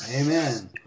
Amen